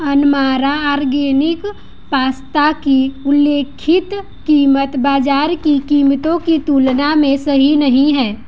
अनमारा organic pasta की उल्लिखित कीमत बाज़ार की कीमतों की तुलना में सही नहीं है